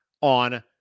on